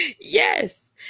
Yes